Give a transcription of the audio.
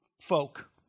folk